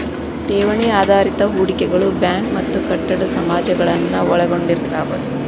ಠೇವಣಿ ಆಧಾರಿತ ಹೂಡಿಕೆಗಳು ಬ್ಯಾಂಕ್ ಮತ್ತ ಕಟ್ಟಡ ಸಮಾಜಗಳನ್ನ ಒಳಗೊಂಡಿರ್ತವ